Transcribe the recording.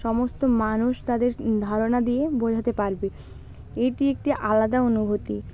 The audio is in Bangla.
সমস্ত মানুষ তাদের ধারণা দিয়ে বোঝাতে পারবে এটি একটি আলাদা অনুভূতি